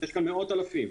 יש מאות אלפים.